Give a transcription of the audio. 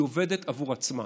היא עובדת עבור עצמה.